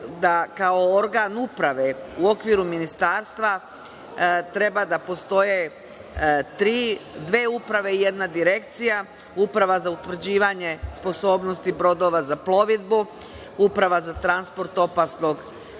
kao organ uprave u okviru ministarstva treba da postoje dve uprave i jedna direkcija, Uprava za utvrđivanje sposobnosti brodova za plovidbu, Uprava za transport opasnog